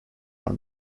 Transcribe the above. are